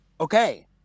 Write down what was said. Okay